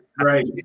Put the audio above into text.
Right